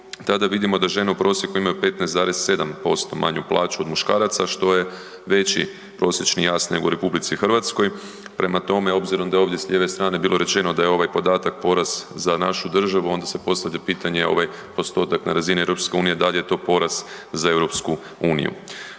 tada vidimo da žene u prosjeku imaju 15,7% manju plaću od muškaraca, što je veći prosječni jaz nego u RH. Prema tome, obzirom da je ovdje s lijeve strane bilo rečeno da je ovaj podatak poraz za našu državu onda se postavlja pitanje ovaj postotak na razini EU dal je to poraz za EU?